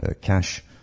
cash